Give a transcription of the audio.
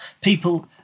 People